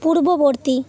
পূর্ববর্তী